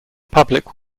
public